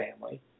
family